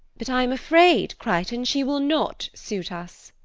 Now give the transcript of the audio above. but i am afraid, crichton, she will not suit us.